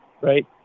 right